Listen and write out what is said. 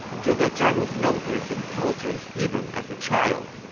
zhuge zhan was known for his intelligence even as a child,